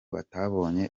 batabonye